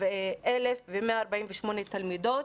137,148 תלמידות,